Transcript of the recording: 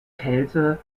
kälte